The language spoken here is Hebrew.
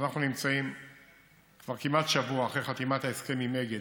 ואנחנו נמצאים כבר כמעט שבוע אחרי חתימת ההסכם עם אגד,